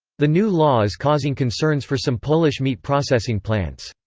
the new law is causing concerns for some polish meat processing plants.